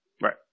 Right